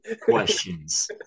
questions